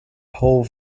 pole